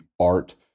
art